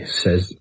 says